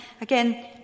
again